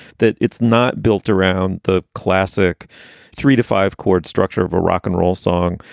that it's not built around the classic three to five chord structure of a rock and roll song,